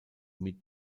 mit